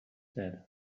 said